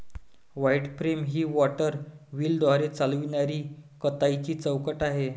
water frame ही water व्हीलद्वारे चालविणारी कताईची चौकट आहे